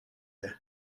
est